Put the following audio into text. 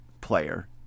player